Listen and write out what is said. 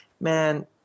man